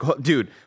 dude